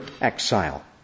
exile